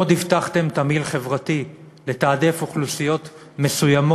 עוד הבטחתם תמהיל חברתי, לתעדף אוכלוסיות מסוימות,